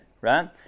right